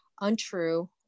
untrue